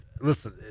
Listen